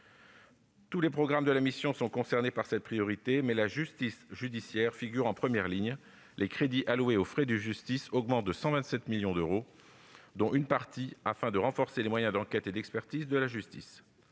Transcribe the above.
Tous les programmes de la mission sont concernés par cette priorité, mais la justice judiciaire figure en première ligne. En effet, les crédits alloués aux frais de justice augmentent de 127 millions d'euros, dont une partie renforcera les moyens d'enquête et d'expertise de la justice.